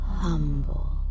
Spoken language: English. humble